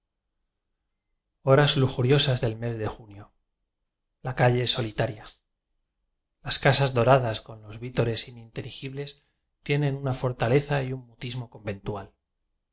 horas lujuriosas del mes de junio la ca lle solitaria las casas doradas con los ví tores ininteligibles tienen una fortaleza y mutismo conventual la